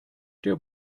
der